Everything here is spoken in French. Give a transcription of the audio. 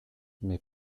mes